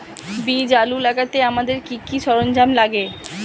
বীজ আলু লাগাতে আমাদের কি কি সরঞ্জাম লাগে?